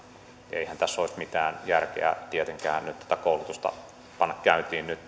eihän tässä olisi mitään järkeä tietenkään tätä koulutusta panna käyntiin nyt